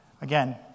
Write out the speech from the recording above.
Again